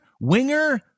winger